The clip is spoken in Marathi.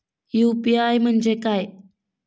यु.पी.आय म्हणजे काय?